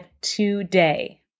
today